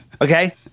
Okay